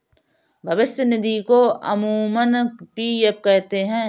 भविष्य निधि को अमूमन पी.एफ कहते हैं